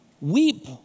weep